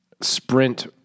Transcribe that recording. sprint